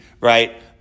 right